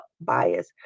bias